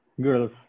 girls